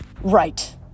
Right